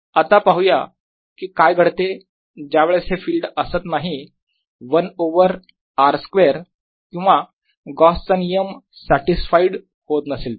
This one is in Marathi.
आता पाहुयात कि काय घडते ज्यावेळेस हे फील्ड असत नाही 1 ओवर r स्क्वेअर किंवा गॉसचा नियम Gausss law सॅटीस्फाईड होत नसेल तर